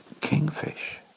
Kingfish